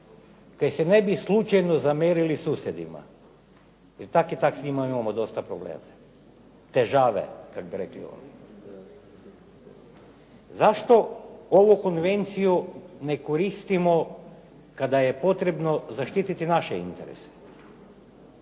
da se ne bi slučajno zamjerili susjedima. Jel tak i tak s njima imamo dosta problema, težave kak bi rekli oni. Zašto ovu konvenciju ne koristimo kada je potrebno zaštititi naše interese?